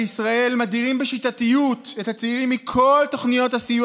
בישראל מדירים בשיטתיות את הצעירים מכל תוכניות הסיוע